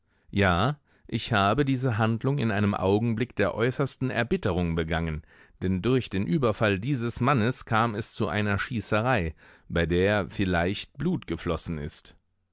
ja ich habe diese handlung in einem augenblick der äußersten erbitterung begangen denn durch den überfall dieses mannes kam es zu einer schießerei bei der vielleicht blut geflossen ist